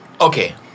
okay